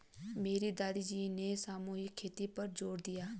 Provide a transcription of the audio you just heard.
मेरे दादाजी ने सामूहिक खेती पर जोर दिया है